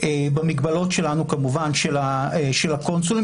במגבלות של הקונסולים,